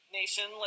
nation